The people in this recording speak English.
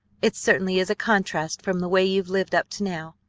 it certainly is a contrast from the way you've lived up to now.